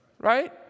right